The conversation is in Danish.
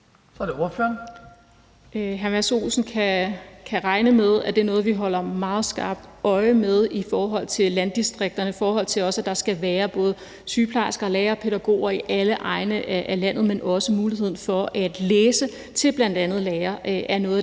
Så er det ordføreren.